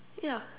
ya